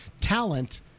talent